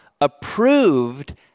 approved